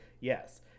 Yes